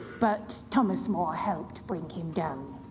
but thomas more helped bring him down.